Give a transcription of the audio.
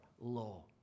law